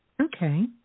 Okay